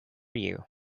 you